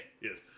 yes